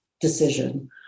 decision